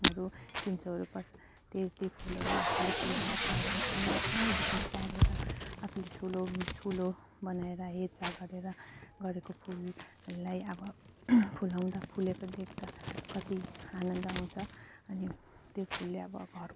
हरू तिन सौहरू पर्छ त्यो त्यो फुलहरू आफूले फुलाएको छ होइन अब सानोदेखि स्याहारेर आफूले ठुलो ठुलो बनाएर हेरचाह गरेर गरेको फुललाई अब फुलाउँदा फुलेको देख्दा कति आनन्द आउँछ अनि त्यो फुलले अब घरको